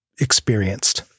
experienced